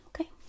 Okay